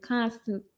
Constant